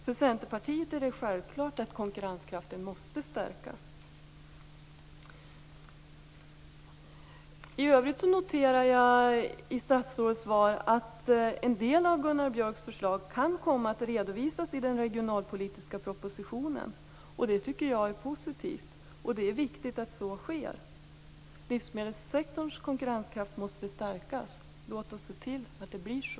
För Centerpartiet är det självklart att konkurrenskraften måste stärkas. I övrigt noterar jag i statsrådets svar att en del av Gunnar Björks förslag kan komma att redovisas i den regionalpolitiska propositionen. Det tycker jag är positivt. Det är viktigt att så sker. Livsmedelssektorns konkurrenskraft måste stärkas. Låt oss se till att det blir så!